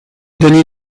donne